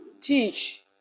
teach